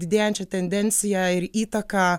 didėjančią tendenciją ir įtaką